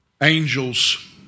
angels